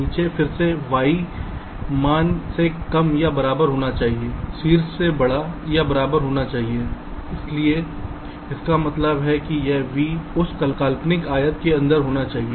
नीचे फिर से y मान से कम या बराबर होना चाहिए शीर्ष के बड़ा या बराबर होना चाहिए इसका मतलब है कि यह v उस काल्पनिक आयत के अंदर होना चाहिए